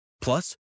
Plus